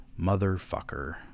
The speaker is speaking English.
Motherfucker